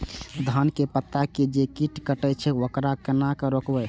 धान के पत्ता के जे कीट कटे छे वकरा केना रोकबे?